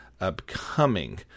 upcoming